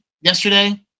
yesterday